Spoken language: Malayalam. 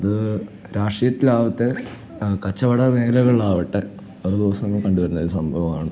അത് രാഷ്ട്രീയത്തിലാവട്ടെ കച്ചവടമേഖലകളിലാവട്ടെ അത് ദിവസവും കണ്ടുവരുന്നൊരു സംഭവമാണ്